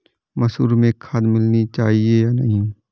मसूर में खाद मिलनी चाहिए या नहीं?